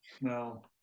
No